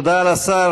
תודה לשר.